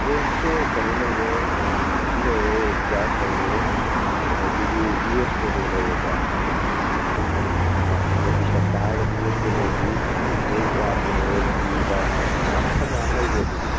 ꯕ꯭ꯔꯦꯟꯁꯦ ꯀꯩꯅꯣ ꯂꯩꯔꯦ ꯅꯥꯏꯀꯤ ꯂꯩꯔꯦ ꯑꯦꯗꯤꯗꯥꯁ ꯂꯩꯔꯦ ꯑꯗꯒꯤꯗꯤ ꯌꯨ ꯑꯦꯁ ꯄꯣꯂꯣ ꯂꯩꯔꯦꯀꯣ ꯑꯩꯈꯣꯏ ꯀꯔꯤ ꯄꯣꯂꯣ ꯇꯤ ꯁꯥꯔꯠꯇ ꯍꯥꯏꯔꯒꯅ ꯌꯨ ꯑꯦꯁ ꯄꯣꯂꯣꯒꯤ ꯑꯗꯒꯤ ꯖꯥꯔꯥꯒꯤ ꯃꯌꯥꯝ ꯃꯈꯟ ꯃꯌꯥꯝ ꯂꯩꯈ꯭ꯔꯦ ꯑꯗꯨꯗꯤ